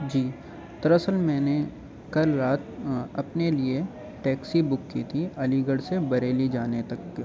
جی در اصل میں نے کل رات اپنے لیے ٹیکسی بک کی تھی علی گڑھ سے بریلی جانے تک کا